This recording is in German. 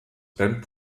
band